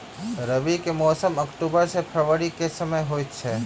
रबीक मौसम अक्टूबर सँ फरबरी क समय होइत अछि